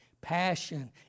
passion